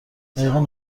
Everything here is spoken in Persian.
دقیقا